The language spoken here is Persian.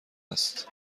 است